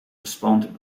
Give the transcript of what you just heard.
respond